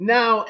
Now